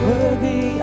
Worthy